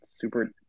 super